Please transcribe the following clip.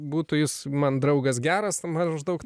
būtų jis man draugas geras maždaug